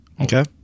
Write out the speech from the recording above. Okay